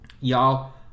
Y'all